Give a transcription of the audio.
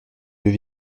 deux